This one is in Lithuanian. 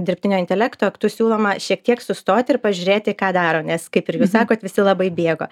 dirbtinio intelekto aktu siūloma šiek tiek sustoti ir pažiūrėti ką daro nes kaip ir jūs sakot visi labai bėga